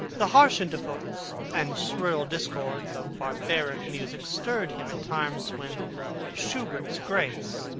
the harsh intervals and shrill discords of barbaric music stirred him at times when schubert's grace,